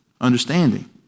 understanding